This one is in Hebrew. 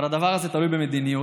אבל הדבר הזה תלוי במדיניות.